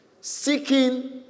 seeking